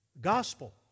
Gospel